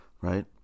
right